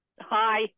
Hi